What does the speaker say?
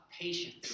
patience